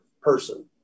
person